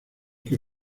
que